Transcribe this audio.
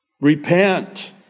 Repent